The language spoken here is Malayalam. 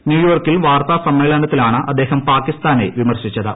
ന്യൂയോർക്കിൽ വാർത്താസമ്മേളനത്തിലാണ് അദ്ദേഹം പാകിസ്ഥാനെ വിമർശിച്ചത്